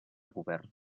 governs